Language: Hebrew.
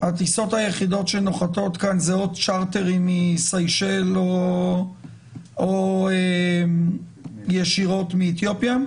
הטיסות היחידות שנוחתות כאן אלה או צ'רטרים מסיישל או ישירות מאתיופיה?